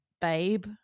babe